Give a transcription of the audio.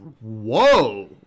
whoa